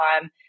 time